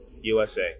USA